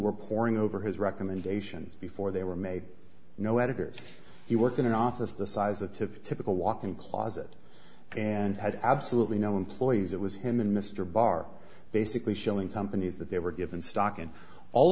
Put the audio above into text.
were poring over his recommendations before they were made no editors he worked in an office the size of the typical walk in closet and had absolutely no employees it was him and mr barr basically shilling companies that they were given stock and all